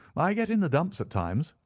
i get in the dumps at times,